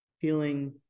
feeling